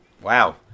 Wow